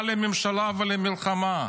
מה לממשלה ולמלחמה?